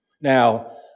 Now